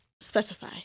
Specify